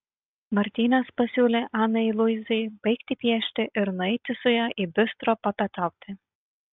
martynas pasiūlė anai luizai baigti piešti ir nueiti su juo į bistro papietauti